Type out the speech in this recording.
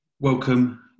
Welcome